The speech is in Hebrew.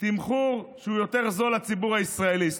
תמחור שהוא יותר זול לציבור הישראלי.